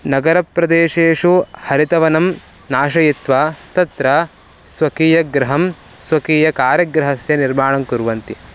नगरप्रदेशेषु हरितवनं नाशयित्वा तत्र स्वकीयगृहं स्वकीयकार्यगृहस्य निर्माणं कुर्वन्ति